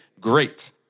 Great